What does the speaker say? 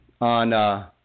on –